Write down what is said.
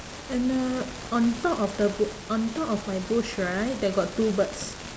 and the on top of the b~ on top of my bush right there got two birds